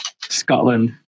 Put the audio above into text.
Scotland